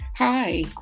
Hi